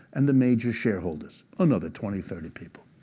and the major shareholders, another twenty, thirty people.